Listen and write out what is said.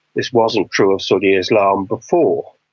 this wasn't true of sunni islam before.